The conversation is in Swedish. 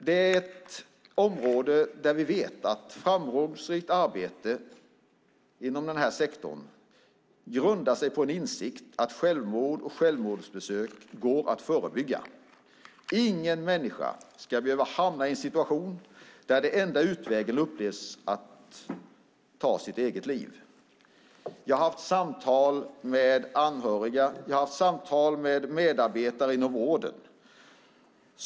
Det är ett område där vi vet att framgångsrikt arbete inom denna sektor grundar sig på en insikt om att självmord och självmordsförsök går att förebygga. Ingen människa ska behöva hamna i en situation där den enda utvägen upplevs vara att ta sitt liv. Jag har haft samtal med anhöriga. Jag har haft samtal med medarbetare inom vården.